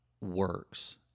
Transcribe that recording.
works